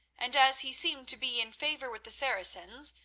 and, as he seemed to be in favour with the saracens,